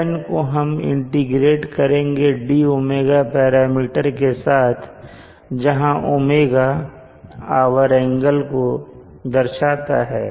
LN को हम integrate करेंगे dω पैरामीटर के साथ जहां ω आवर एंगल को दर्शाता है